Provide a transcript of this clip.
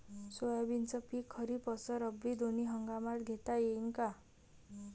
सोयाबीनचं पिक खरीप अस रब्बी दोनी हंगामात घेता येईन का?